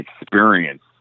experience